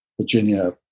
Virginia